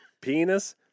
Penis